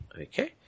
Okay